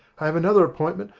i have another appointment,